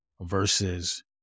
versus